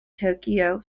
tokyo